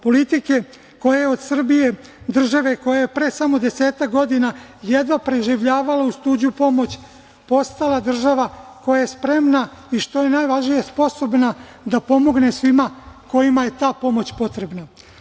Politike koja je od Srbije države koja je pre samo desetak godina jedva preživljavala uz tuđu pomoć postala država koja je spremna i što je najvažnije, sposobna da pomogne svima kojima je ta pomoć potrebna.